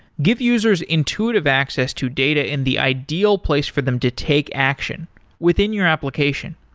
give users intuitive access to data in the ideal place for them to take action within your application.